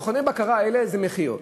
מכוני הבקרה האלה זה מחיר.